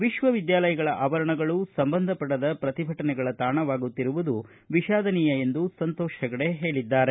ವಿಶ್ವವಿದ್ದಾಲಯಗಳ ಆವರಣಗಳೂ ಸಂಬಂಧಪಡದ ಪ್ರತಿಭಟನೆಗಳ ತಾಣವಾಗುತ್ತಿರುವುದು ವಿಷಾದನೀಯ ಎಂದು ಸಂತೋಷ್ ಹೆಗಡೆ ಹೇಳಿದ್ದಾರೆ